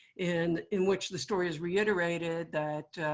in in which the story is reiterated that,